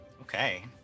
Okay